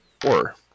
Four